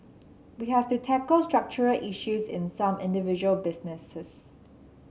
we have to tackle structural issues in some individual businesses